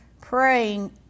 praying